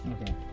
Okay